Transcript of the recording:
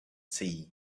sea